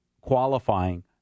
qualifying